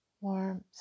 warmth